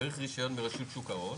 צריך רישיון ברשות שוק ההון,